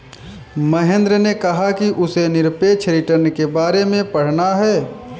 महेंद्र ने कहा कि उसे निरपेक्ष रिटर्न के बारे में पढ़ना है